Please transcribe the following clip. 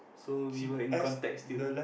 so we were in contact still